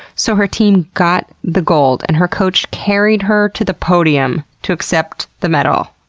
so her team got the gold and her coach carried her to the podium to accept the medal.